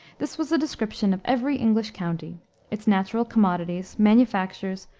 this was a description of every english county its natural commodities, manufactures,